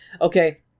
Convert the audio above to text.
Okay